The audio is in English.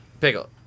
Pickle